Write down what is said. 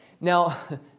Now